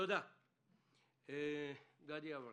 גדי יברקן.